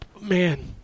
man